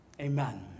Amen